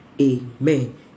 amen